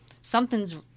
something's